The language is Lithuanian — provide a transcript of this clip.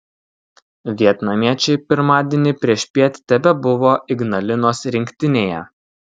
vietnamiečiai pirmadienį priešpiet tebebuvo ignalinos rinktinėje